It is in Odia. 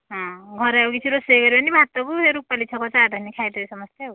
ହଁ ଘରେ ଆଉ କିଛି ରୋଷେଇ କରିବାନି ଭାତକୁ ସେ ରୂପାଲୀ ଛକ ଚାଟ ଆଣି ଖାଇଦେବେ ସମସ୍ତେ ଆଉ